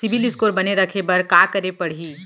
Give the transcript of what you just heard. CIBIL score बने रखे बर का करे पड़ही?